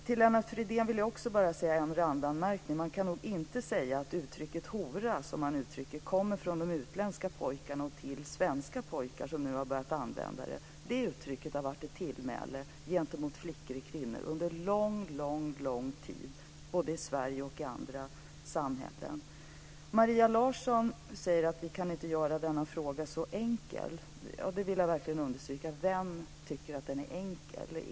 Till Lennart Fridén vill jag också säga att man nog inte kan säga att uttrycket hora kommer från de utländska pojkarna till svenska pojkar som har börjat använda det. Det uttrycket har varit ett tillmäle mot flickor och kvinnor under mycket lång tid, både i Sverige och andra samhällen. Maria Larsson säger att vi inte kan göra den här frågan så enkel. Vem tycker att den är enkel?